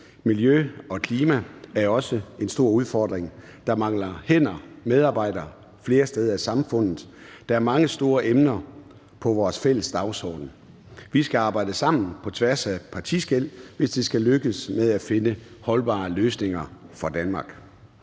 Miljø og klima er også en stor udfordring. Der mangler hænder, medarbejdere, flere steder i samfundet. Der er mange store emner på vores fælles dagsorden. Vi skal arbejde sammen på tværs af partiskel, hvis vi skal lykkes med at finde holdbare løsninger for Danmark.